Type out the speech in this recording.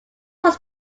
was